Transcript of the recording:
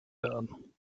werden